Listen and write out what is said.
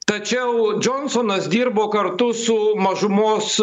tačiau džonsonas dirbo kartu su mažumos